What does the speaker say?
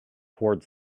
toward